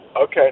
Okay